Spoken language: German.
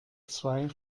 zwei